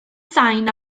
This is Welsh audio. sain